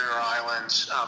islands